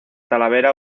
talavera